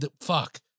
Fuck